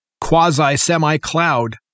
quasi-semi-cloud